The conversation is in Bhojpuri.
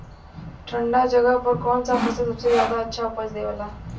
ठंढा जगह पर कौन सा फसल सबसे ज्यादा अच्छा उपज देवेला?